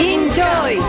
Enjoy